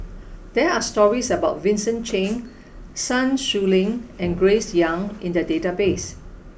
there are stories about Vincent Cheng Sun Xueling and Grace Young in the database